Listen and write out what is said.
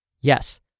Yes